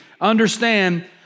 understand